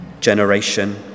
generation